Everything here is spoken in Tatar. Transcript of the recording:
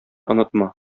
онытма